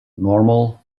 normal